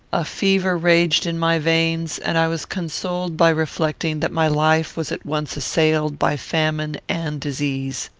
a fever raged in my veins, and i was consoled by reflecting that my life was at once assailed by famine and disease.